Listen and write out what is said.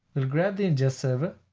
and grab the ingest server,